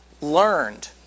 learned